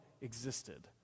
existed